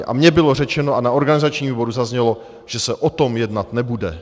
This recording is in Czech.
A mě bylo řečeno a na organizačním výboru zaznělo, že se o tom jednat nebude.